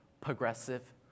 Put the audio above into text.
progressive